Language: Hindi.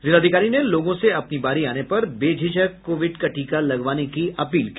जिलाधिकारी ने लोगों से अपनी बारी आने पर बेझिझक कोविड का टीका लगवाने की अपील की